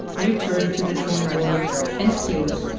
returned to the trojan war and killed.